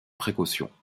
précautions